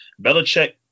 Belichick